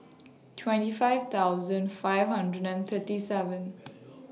twenty five thousand five hundred and thirty seven